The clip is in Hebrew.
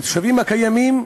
לתושבים הקיימים,